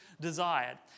desired